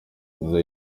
nziza